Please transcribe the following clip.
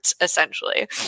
essentially